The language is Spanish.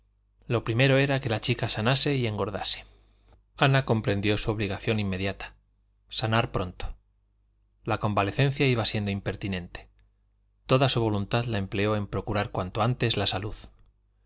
lo primero era que la chica sanase y engordase ana comprendió su obligación inmediata sanar pronto la convalecencia iba siendo impertinente toda su voluntad la empleó en procurar cuanto antes la salud